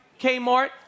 Kmart